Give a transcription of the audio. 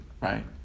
right